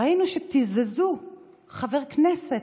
ראינו שתיזזו חבר כנסת,